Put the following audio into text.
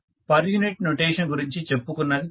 per unit notation గురించి చెప్పుకున్నది చాలు